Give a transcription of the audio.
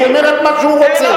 הוא אומר את מה שהוא רוצה.